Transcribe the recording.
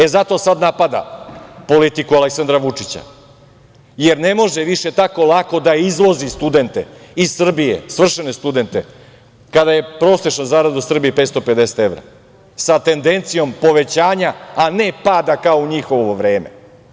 E, zato sad napada politiku Aleksandra Vučića, jer ne može više tako lako da izvozi studente iz Srbije, svršene studente kada je prosečna zarada u Srbiji 550 evra, sa tendencijom povećanja, a ne pada kao u njihovo vreme.